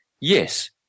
yes